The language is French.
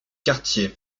cartier